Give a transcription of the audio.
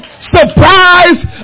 surprise